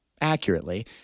accurately